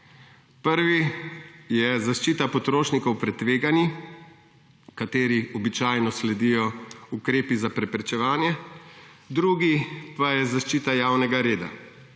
Prvi je zaščita potrošnikov pred tveganji, ki ji običajno sledijo ukrepi za preprečevanje, drugi pa je zaščita javnega reda.